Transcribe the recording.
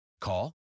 Call